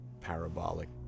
parabolic